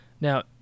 Now